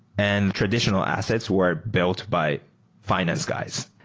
and traditional assets were built by fi nance guys.